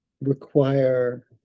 require